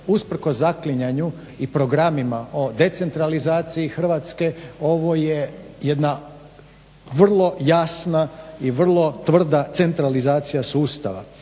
usprkos zaklinjanju i programima o decentralizaciji Hrvatske ovo je jedna vrlo jasna i vrlo tvrda centralizacija sustava.